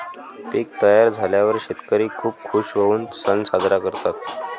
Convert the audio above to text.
पीक तयार झाल्यावर शेतकरी खूप खूश होऊन सण साजरा करतात